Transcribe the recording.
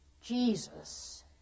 Jesus